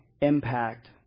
impact